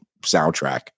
soundtrack